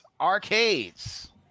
arcades